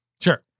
Sure